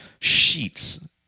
sheets